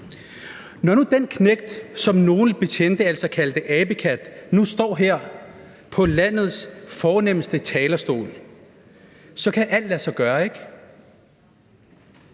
Når nu den knægt, som nogle betjente altså kaldte abekat, nu står her på landets fornemste talerstol, så kan alt lade sig gøre, ikke?